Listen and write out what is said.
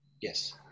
Yes